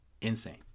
Insane